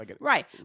Right